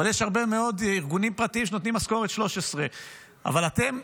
אבל יש הרבה מאוד ארגונים פרטיים שנותנים משכורת 13. אבל אתם,